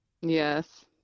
Yes